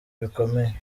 bikomeye